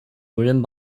written